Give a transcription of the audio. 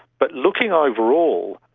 but looking overall,